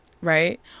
right